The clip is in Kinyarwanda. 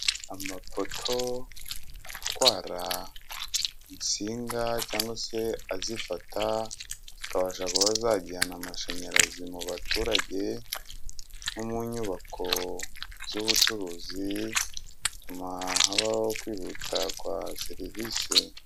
Amapoto atwara insinga cyangwa se azifata zikabasha kuba zajyana amashanyarazi mu baturage no mu nyubako z'ubucuruzi, bituma habaho kwihuta kwa serivise.